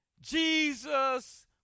Jesus